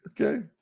okay